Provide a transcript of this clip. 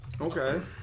Okay